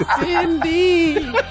Cindy